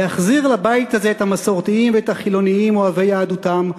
להחזיר לבית הזה את המסורתיים ואת החילונים אוהבי יהדותם,